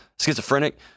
schizophrenic